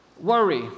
Worry